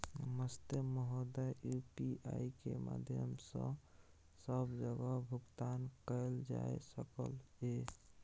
नमस्ते महोदय, यु.पी.आई के माध्यम सं सब जगह भुगतान कैल जाए सकल ये?